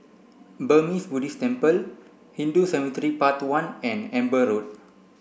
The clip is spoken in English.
Burmese Buddhist Temple Hindu Cemetery Path one and Amber Road